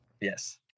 Yes